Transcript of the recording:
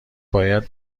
باید